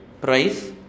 price